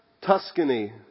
Tuscany